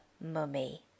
Mummy